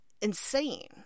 insane